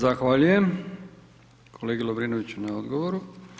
Zahvaljujem kolegi Lovrinoviću na odgovoru.